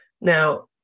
Now